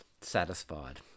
satisfied